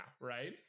right